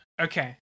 okay